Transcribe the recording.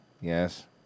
Yes